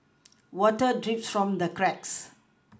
water drips from the cracks